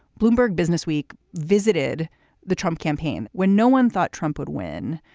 bloomberg businessweek visited the trump campaign when no one thought trump would win.